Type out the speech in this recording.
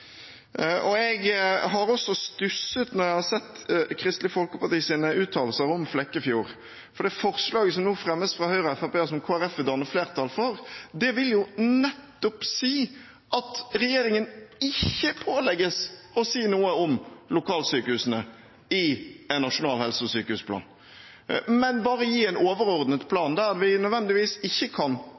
det. Jeg har også stusset når jeg har sett Kristelig Folkepartis uttalelser om sykehuset i Flekkefjord. Det forslaget som nå fremmes av Høyre og Fremskrittspartiet, og som Kristelig Folkeparti vil danne flertall for, vil nettopp si at regjeringen ikke pålegges å si noe om lokalsykehusene i en nasjonal helse- og sykehusplan, men bare gi en overordnet plan, der vi ikke nødvendigvis kan forvente at